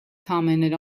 commented